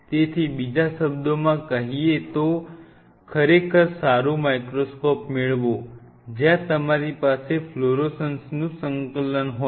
તેથી બીજા શબ્દોમાં કહીએ તો ખરેખર સારું માઇક્રોસ્કોપ મેળવો જ્યાં તમારી પાસે ફ્લોરોસન્સનું સંકલન હોય